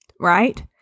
Right